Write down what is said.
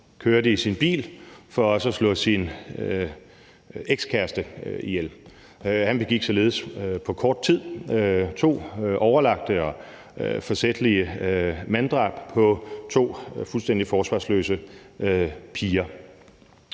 kørte i sin bil for også at slå sin ekskæreste ihjel. Han begik således på kort tid to overlagte og forsætlige manddrab på to fuldstændig forsvarsløse piger.